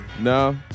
No